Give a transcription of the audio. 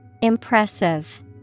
Impressive